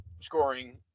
scoring